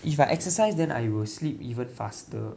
if I exercise then I will sleep even faster